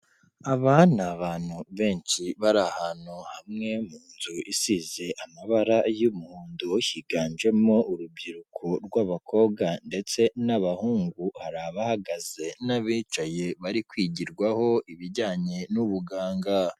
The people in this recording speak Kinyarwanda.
Aba ni abantu benshi bari ahantu hamwe mu nzu isize amabara y'umuhondo, higanjemo urubyiruko rw'abakobwa ndetse n'abahungu, hari abahagaze n'abicaye bari kwigirwaho ibijyanye n'ubuganga.